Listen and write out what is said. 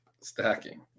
stacking